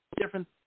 different